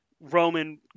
Roman